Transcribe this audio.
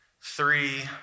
three